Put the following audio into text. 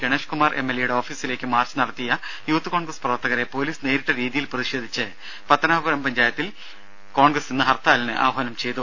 Ganesh Kumar MLA യുടെ ഓഫീസിലേക്ക് march നടത്തിയ യൂത്ത് കോൺഗ്രസ് പ്രവർത്തകരെ പൊലീസ് നേരിട്ട രീതിയിൽ പ്രതിഷേധിച്ച് പത്താപുരം പഞ്ചായത്തിൽ കോൺഗ്രസ് ഇന്ന് ഹർത്താലിന് ആഹ്വാനം ചെയ്തു